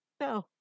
No